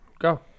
Go